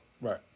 Right